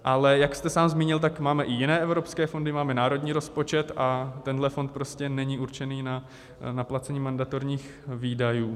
Ale jak jste sám zmínil, tak máme i jiné evropské fondy, máme národní rozpočet a tenhle fond prostě není určený na placení mandatorních výdajů.